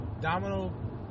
Domino